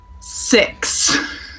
Six